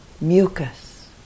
mucus